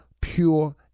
pure